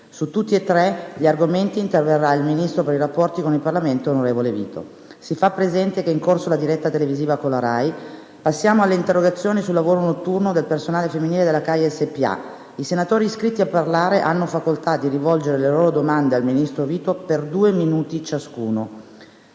di crisi delle imprese, cui risponderà il ministro per i rapporti con il Parlamento, onorevole Vito. Si fa presente che è in corso la diretta televisiva della RAI. Passiamo dunque alle interrogazioni sul lavoro notturno del personale femminile della CAI S.p.A.; i senatori hanno facoltà di rivolgere le loro domande al Ministro per due minuti ciascuno.